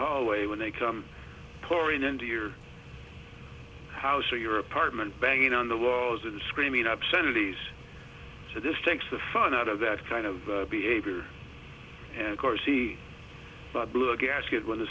hallway when they come pouring into your house or your apartment banging on the walls and screaming obscenities so this takes the fun out of that kind of behavior and of course he blew a gasket when the